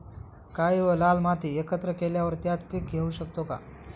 काळी व लाल माती एकत्र केल्यावर त्यात पीक घेऊ शकतो का?